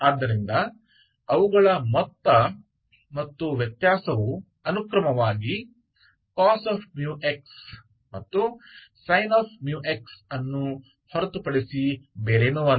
ಆದ್ದರಿಂದ ಅವುಗಳ ಮೊತ್ತ ಮತ್ತು ವ್ಯತ್ಯಾಸವು ಅನುಕ್ರಮವಾಗಿ cos x ಮತ್ತು sin μx ಅನ್ನು ಹೊರತುಪಡಿಸಿ ಬೇರೇನೂ ಅಲ್ಲ